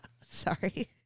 Sorry